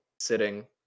sitting